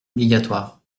obligatoire